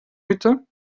mitte